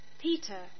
Peter